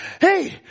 hey